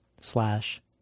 slash